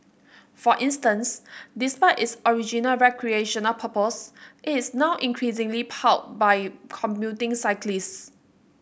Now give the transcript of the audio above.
for instance despite its original recreational purpose it is now increasingly by commuting cyclists